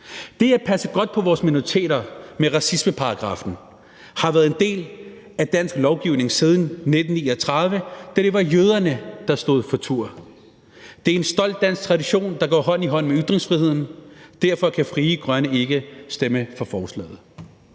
Det at passe godt på vores minoriteter med racismeparagraffen har været en del af dansk lovgivning siden 1939, da det var jøderne, der stod for tur. Det er en stolt dansk tradition, der går hånd i hånd med ytringsfriheden. Derfor kan Frie Grønne ikke stemme for forslaget.